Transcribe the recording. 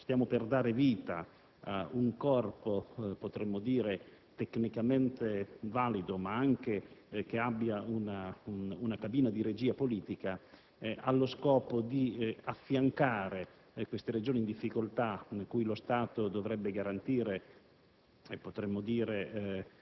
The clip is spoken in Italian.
Sono convinto che stiamo per dare vita a un corpo tecnicamente valido che avrà anche una cabina di regìa politica allo scopo di affiancare queste Regioni in difficoltà, cui lo Stato dovrebbe garantire